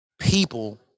people